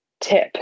tip